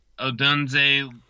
Odunze